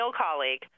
colleague